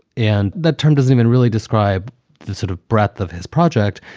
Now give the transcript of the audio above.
and the term does even really describe the sort of breadth of his project.